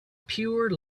pure